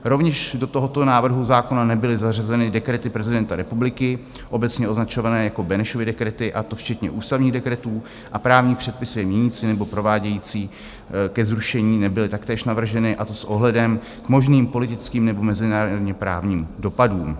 Rovněž do tohoto návrhu zákona nebyly zařazeny dekrety prezidenta republiky obecně označované jako Benešovy dekrety, a to včetně ústavních dekretů, a právní předpisy je měnící nebo provádějící ke zrušení nebyly taktéž navrženy, a to s ohledem k možným politickým nebo mezinárodněprávním dopadům.